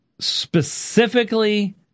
specifically